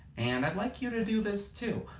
and, i'd like you to do this too.